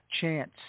chance